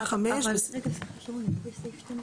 12